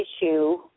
issue